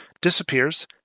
disappears